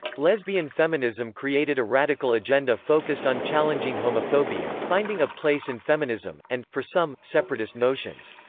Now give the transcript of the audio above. lesbian feminism created a radical agenda focused on challenging homophobia finding a place in feminism and, for some, separatist notions.